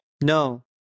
No